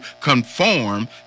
conform